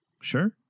Sure